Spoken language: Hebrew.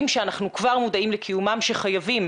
שאנחנו כבר מודעים לקיומם שחייבים,